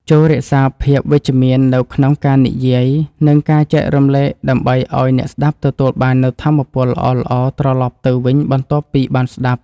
ចូររក្សាភាពវិជ្ជមាននៅក្នុងការនិយាយ និងការចែករំលែកដើម្បីឱ្យអ្នកស្តាប់ទទួលបាននូវថាមពលល្អៗត្រឡប់ទៅវិញបន្ទាប់ពីបានស្តាប់។